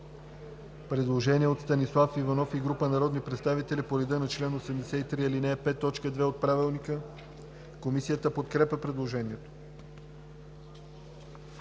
Предложение от Станислав Иванов и група народни представители по реда на чл. 83, ал. 5, т. 2 от Правилника. Комисията подкрепя предложението.